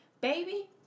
baby